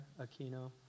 Aquino